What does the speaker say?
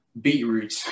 beetroot